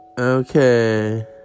Okay